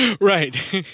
Right